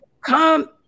come